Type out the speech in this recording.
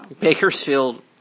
Bakersfield